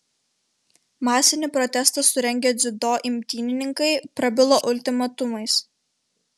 masinį protestą surengę dziudo imtynininkai prabilo ultimatumais